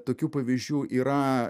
tokių pavyzdžių yra